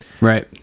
right